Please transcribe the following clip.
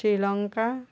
Sri Lanka